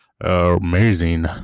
amazing